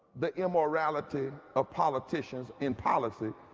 the immorality of politicians in policy.